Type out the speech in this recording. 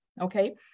okay